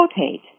rotate